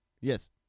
Yes